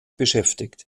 beschäftigt